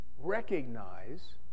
recognize